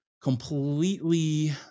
completely